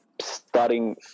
starting